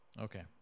Okay